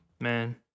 man